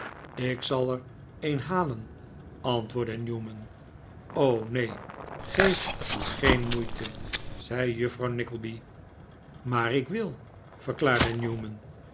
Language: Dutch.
ik zal er een halen antwoordde newman r o neen geef u geen moeite zei juffrouw nickleby maar ik wil verklaarde newman